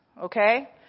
okay